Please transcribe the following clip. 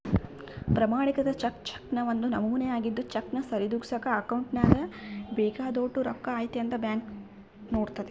ಪ್ರಮಾಣಿಕೃತ ಚೆಕ್ ಚೆಕ್ನ ಒಂದು ನಮೂನೆ ಆಗಿದ್ದು ಚೆಕ್ನ ಸರಿದೂಗ್ಸಕ ಅಕೌಂಟ್ನಾಗ ಬೇಕಾದೋಟು ರೊಕ್ಕ ಐತೆ ಅಂತ ಬ್ಯಾಂಕ್ ನೋಡ್ತತೆ